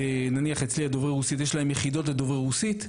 נניח אצלי דוברי הרוסית יש להם יחידות לדוברי רוסית,